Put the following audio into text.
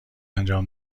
انجام